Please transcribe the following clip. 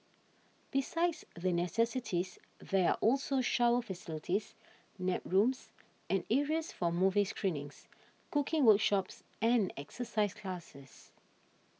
besides the necessities there are also shower facilities nap rooms and areas for movie screenings cooking workshops and exercise classes